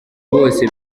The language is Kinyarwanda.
bose